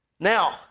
now